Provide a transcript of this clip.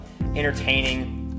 entertaining